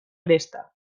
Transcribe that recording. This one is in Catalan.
aresta